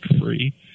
Free